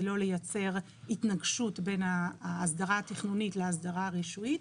לא לייצר התנגשות בין ההסדרה התכנונית להסדרה הרישויית,